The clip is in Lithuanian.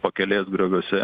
pakelės grioviuose